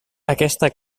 aquesta